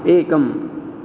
एकम्